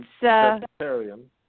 vegetarian